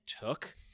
took